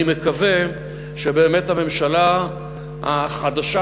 אני מקווה שבאמת הממשלה החדשה,